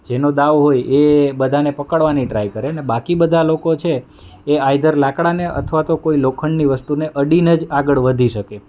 જેનો દાવ હોય એ બધાંને પકડવાની ટ્રાય કરે ને બાકી બધા લોકો છે એ આઇધર લાકડાને અથવા લોખંડની વસ્તુને અડીનેજ આગળ વધી શકે